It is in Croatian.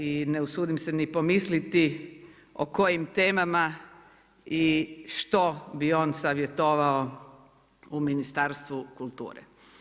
I ne usudim se ni pomisliti o kojim temama i što bi on savjetovao u Ministarstvu kulture.